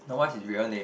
no what's his real name